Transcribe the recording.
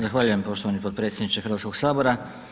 Zahvaljujem poštovani potpredsjedniče Hrvatskoga sabora.